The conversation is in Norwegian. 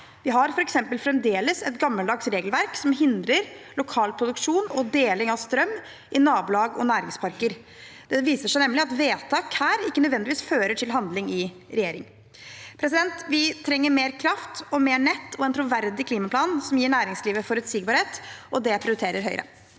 f.eks. fremdeles et gammeldags regelverk som hindrer lokal produksjon og deling av strøm i nabolag og næringsparker. Det viser seg nemlig at vedtak her ikke nødvendigvis fører til handling i regjering. Vi trenger mer kraft, mer nett og en troverdig klimaplan som gir næringslivet forutsigbarhet, og det prioriterer Høyre.